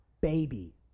baby